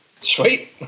sweet